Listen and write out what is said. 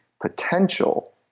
potential